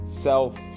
self